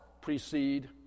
precede